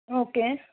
okay